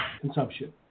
consumption